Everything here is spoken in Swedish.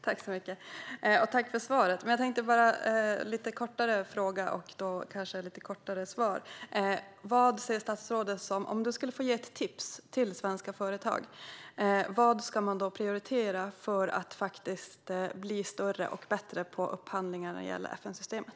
Herr talman! Tack, ministern, för svaret! Jag tänkte ställa en lite kortare fråga, som kanske får ett lite kortare svar. Om statsrådet skulle få ge ett tips till svenska företag, vad ska de prioritera för att bli större och bättre på upphandlingar när det gäller FN-systemet?